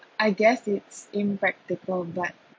I guess it's impractical but